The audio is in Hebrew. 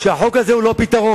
שהחוק הזה הוא לא הפתרון.